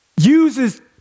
uses